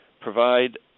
provide